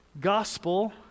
gospel